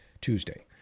Tuesday